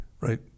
Right